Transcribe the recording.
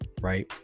right